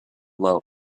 low